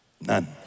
None